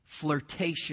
flirtation